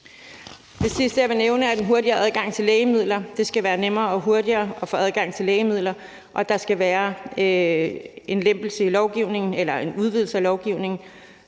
Det sidste, jeg vil nævne, er den hurtigere adgang til lægemidler. Det skal være nemmere og hurtigere at få adgang til lægemidler, og der skal være en lempelse i lovgivningen eller en udvidelse af lovgivningen,